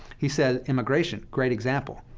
he says immigration great example.